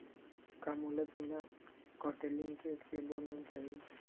का मोला बिना कौंटलीकेट के लोन मिल जाही?